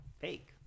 fake